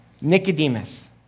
Nicodemus